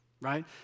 right